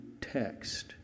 text